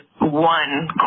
one